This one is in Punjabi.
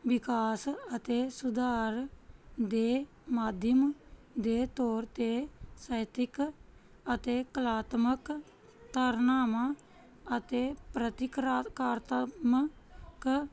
ਵਿਕਾਸ ਅਤੇ ਸੁਧਾਰ ਦੇ ਮਾਧਿਅਮ ਦੇ ਤੌਰ 'ਤੇ ਸਾਹਿਤਕ ਅਤੇ ਕਲਾਤਮਕ ਧਾਰਨਾਵਾਂ ਅਤੇ ਪ੍ਰਤੀ